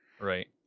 right